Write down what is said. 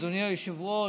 אדוני היושב-ראש,